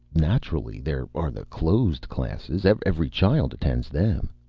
naturally there are the closed classes. every child attends them.